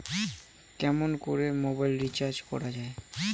কেমন করে mobile recharge করা য়ায়?